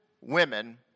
women